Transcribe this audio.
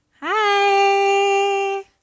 Hi